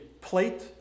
plate